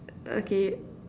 okay